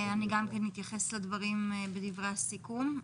אני גם אתייחס לדברים בדברי הסיכום,